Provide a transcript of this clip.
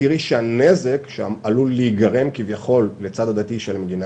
את תראי שהנזק שעלול להיגרם כביכול לצד הדתי של המדינה,